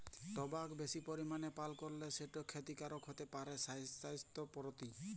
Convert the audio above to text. টবাক বেশি পরিমালে পাল করলে সেট খ্যতিকারক হ্যতে পারে স্বাইসথের পরতি